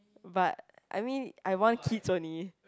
but I mean I want kids only